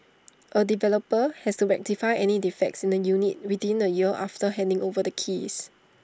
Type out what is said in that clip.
A developer has to rectify any defects in the units within A year after handing over the keys